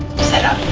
set up.